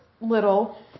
little